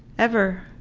ever.